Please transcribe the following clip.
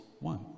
one